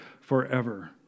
forever